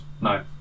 No